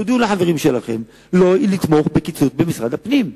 תודיעו לחברים שלכן לא לתמוך בקיצוץ במשרד הפנים,